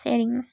சரிங்க